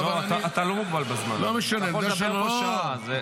אתה לא מוגבל בזמן, אתה יכול להישאר פה שעה.